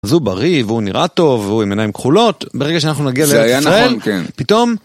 אז הוא בריא והוא נראה טוב והוא עם עיניים כחולות, ברגע שאנחנו נגיע לארץ ישראל, פתאום...